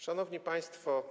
Szanowni Państwo!